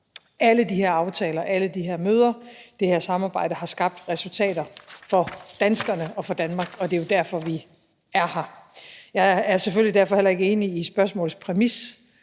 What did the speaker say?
Alle de her aftaler, alle de her møder og det her samarbejde har skabt resultater for danskerne og for Danmark, og det er jo derfor, vi er her. Jeg er selvfølgelig derfor heller ikke enig i spørgsmålets præmis